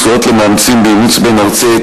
זכויות למאמצים באימוץ בין-ארצי),